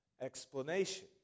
explanation